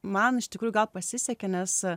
man iš tikrųjų gal pasisekė nes